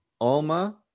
Alma